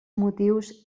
motius